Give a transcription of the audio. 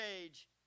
age